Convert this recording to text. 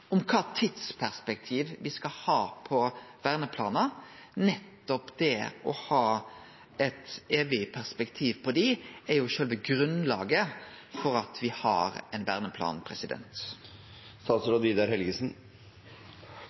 kva tidsperspektiv me skal ha på verneplanar. Nettopp det å ha eit evig perspektiv på dei er jo sjølve grunnlaget for at me har ein verneplan.